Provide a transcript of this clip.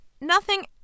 Nothing